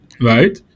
right